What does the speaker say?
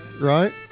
right